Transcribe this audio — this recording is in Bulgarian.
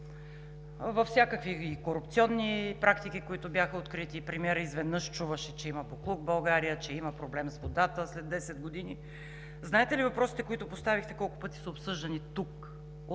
Във всякакви корупционни практики, които бяха открити, премиерът изведнъж чуваше, че има боклук в България, че има проблем с водата след 10 години. Знаете ли въпросите, които поставихте, колко пъти са обсъждани тук